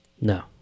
No